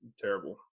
terrible